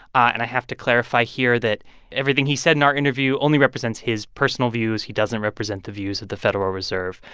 and i have to clarify here that everything he said in our interview only represents his personal views he doesn't represent the views of the federal reserve.